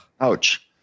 Ouch